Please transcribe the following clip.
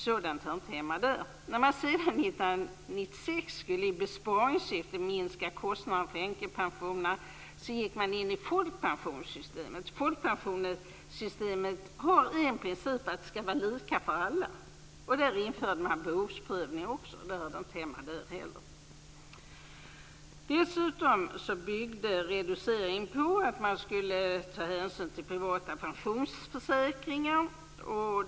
Sådant hör inte hemma där. När man sedan 1996, "i besparingssyfte", skulle minska kostnaderna för änkepensionerna gick man in i folkpensionssystemet. Folkpensionssystemet har en princip, nämligen att det skall vara lika för alla. Behovsprövning infördes, som inte heller hörde hemma där. Dessutom byggde reduceringen på att hänsyn skulle tas till privata pensionsförsäkringar.